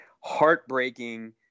Heartbreaking